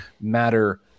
matter